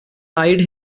eyed